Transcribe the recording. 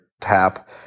tap